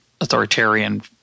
authoritarian